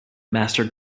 master